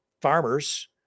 farmers